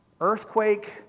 Earthquake